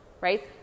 right